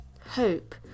Hope